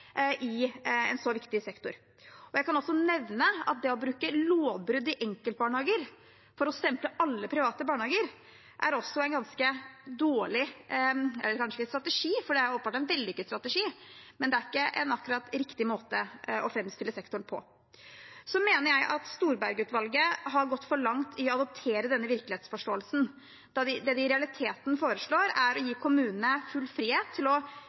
i en så viktig sektor. Jeg vil også si at det å bruke lovbrudd i enkeltbarnehager til å stemple alle private barnehager, åpenbart er en ganske vellykket strategi, men det er ikke en riktig måte å framstille sektoren på. Jeg mener at Storberget-utvalget har gått for langt i å adoptere denne virkelighetsforståelsen. Det de i realiteten foreslår, er å gi kommunene full frihet til å